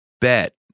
bet